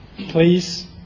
Please